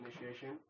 initiation